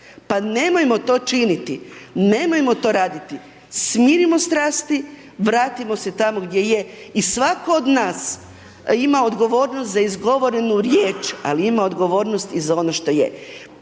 Pa nemojmo to činiti, nemojmo to raditi. Smirimo strasti, vratimo se tamo gdje je i svatko od nas ima odgovornost za izgovorenu riječ, ali ima odgovornost i za ono što je.